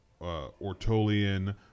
Ortolian